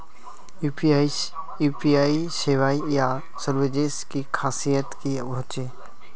UPI सेवाएँ या services की खासियत की होचे?